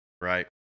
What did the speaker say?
Right